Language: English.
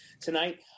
tonight